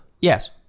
Yes